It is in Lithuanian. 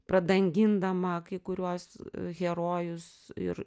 pradangindama kai kuriuos herojus ir